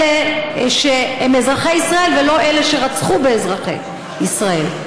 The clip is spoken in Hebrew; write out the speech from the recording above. אלה שהם אזרחי ישראל ולא אלה שרצחו את אזרחי ישראל.